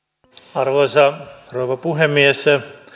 arvoisa rouva puhemies